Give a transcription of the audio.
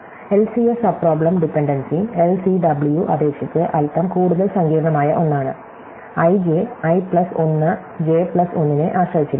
LCS ൽ subproblem dependency LCW അപേക്ഷിച്ച് അല്പം കൂടുതൽ സങ്കീർണ്ണമായ ഒന്നാണ് i j i plus 1 j plus 1 നെ ആശ്രയിച്ചിരിക്കുന്നു